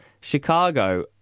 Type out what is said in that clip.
Chicago